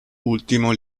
ultimo